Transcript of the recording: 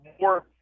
more